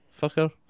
fucker